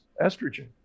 estrogen